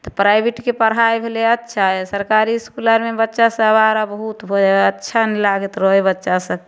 तऽ प्राइवेटके पढ़ाइ भेलै अच्छा सरकारी इसकुल आरमे बच्चासभ आर बहुत हो जाइ हइ अच्छा नहि लागैत रहै हइ बच्चासभ